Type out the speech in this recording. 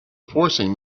forcing